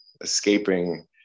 escaping